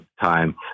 time